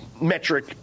metric